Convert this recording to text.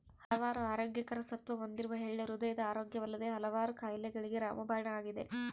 ಹಲವಾರು ಆರೋಗ್ಯಕರ ಸತ್ವ ಹೊಂದಿರುವ ಎಳ್ಳು ಹೃದಯದ ಆರೋಗ್ಯವಲ್ಲದೆ ಹಲವಾರು ಕಾಯಿಲೆಗಳಿಗೆ ರಾಮಬಾಣ ಆಗಿದೆ